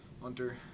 Hunter